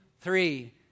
three